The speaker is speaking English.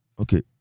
okay